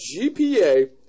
GPA